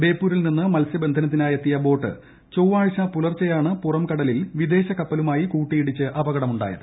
ബേപ്പൂരിൽ നിന്ന് മത്സ്യബന്ധനത്തിനായെത്തിയ ബോട്ട് ചൊവ്വാഴ്ച പുലർച്ചെയാണ് പുറം കടലിൽ വിദേശകപ്പലുമായി കൂട്ടിയിടിച്ച് അപകടമുണ്ടായത്